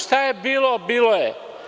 Šta je bilo-bilo je.